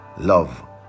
love